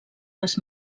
les